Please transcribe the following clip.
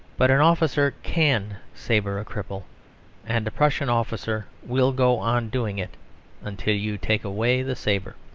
but an officer can sabre a cripple and a prussian officer will go on doing it until you take away the sabre.